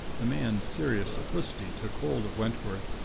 the man's serious simplicity took hold of wentworth,